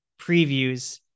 previews